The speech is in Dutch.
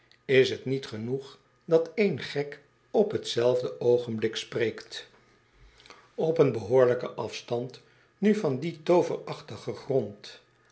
is t niet genoeg dat écn gek op t zelfde oogenblik spreekt op een behoorlijken afstand nu van dien tooverachtigen grond